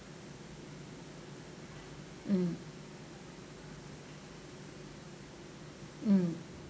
mm mm